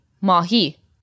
mahi